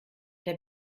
der